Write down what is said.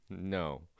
No